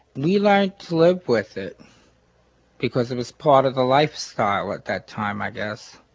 we learned to live with it because it was part of the lifestyle at that time, i guess,